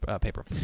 paper